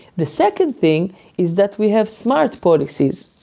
the second thing is that we have smart policies.